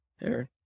Aaron